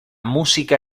música